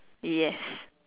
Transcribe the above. yes